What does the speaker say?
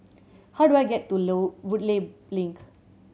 how do I get to Woodleigh Link